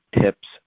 tips